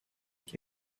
avec